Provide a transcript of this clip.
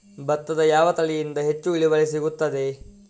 ಭತ್ತದ ಯಾವ ತಳಿಯಿಂದ ಹೆಚ್ಚು ಇಳುವರಿ ಸಿಗುತ್ತದೆ?